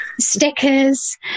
stickers